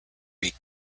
beak